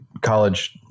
college